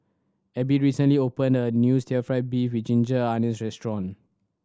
Abbey recently opened a new still fried beef with ginger onions restaurant